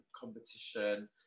competition